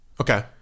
Okay